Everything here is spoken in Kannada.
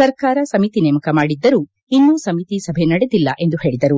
ಸರ್ಕಾರ ಸಮಿತಿ ನೇಮಕ ಮಾಡಿದ್ದರೂ ಇನ್ನು ಸಮಿತಿ ಸಭೆ ನಡೆದಿಲ್ಲ ಎಂದು ಹೇಳಿದರು